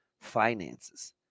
finances